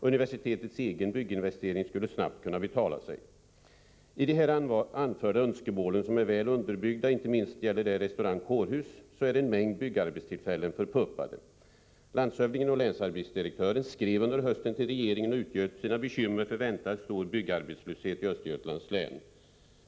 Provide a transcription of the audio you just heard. Universitetets egen bygginvestering skulle snabbt betala sig. I de här anförda önskemålen, som är väl underbyggda — inte minst gäller det restaurang-kårhus —, är en mängd byggarbetstillfällen förpuppade. Landshövdingen och länsarbetsdirektören skrev under hösten till regeringen och utgöt sina bekymmer för väntad stor byggarbetslöshet i Östergötlands län.